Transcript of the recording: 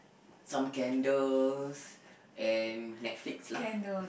some candles and Netflix lah